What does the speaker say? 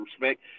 respect